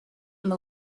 and